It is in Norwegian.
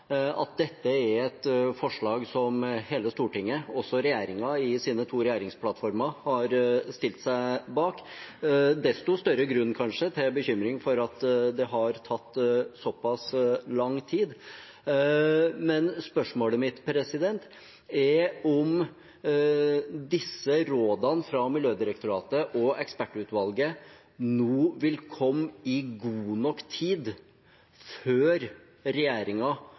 at dette er et forslag som hele Stortinget, og også regjeringen i sine to regjeringsplattformer, har stilt seg bak. Desto større grunn kanskje til bekymring for at det har tatt såpass lang tid. Men spørsmålet mitt er om disse rådene fra Miljødirektoratet og ekspertutvalget nå vil komme i god nok tid før